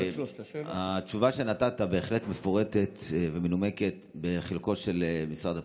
התשובה שנתת בהחלט מפורטת ומנומקת בחלקו של משרד הפנים,